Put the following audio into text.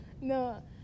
No